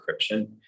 encryption